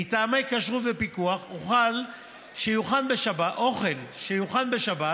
מטעמי כשרות ופיקוח, אוכל שיוכן בשבת